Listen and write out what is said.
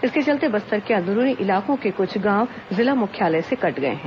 इसके चलते बस्तर के अंदरूनी इलाकों के कुछ गांव जिला मुख्यालय से कट गए हैं